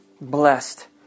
blessed